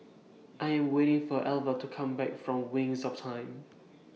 I Am waiting For Elva to Come Back from Wings of Time